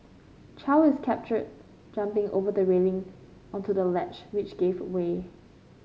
Chow is captured jumping over the railing onto the ledge which gave away